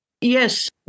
Yes